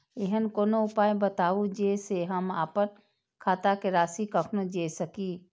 ऐहन कोनो उपाय बताबु जै से हम आपन खाता के राशी कखनो जै सकी?